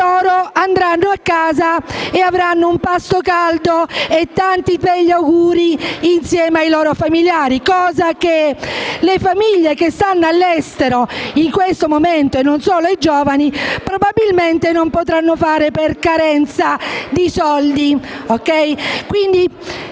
loro andranno a casa e avranno un pasto caldo e tanti begli auguri, insieme ai loro familiari, cosa che le famiglie che stanno all'estero in questo momento, non solo i giovani, probabilmente non potranno avere, per carenza di soldi.